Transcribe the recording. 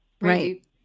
right